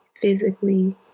physically